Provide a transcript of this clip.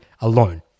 alone